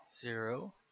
zero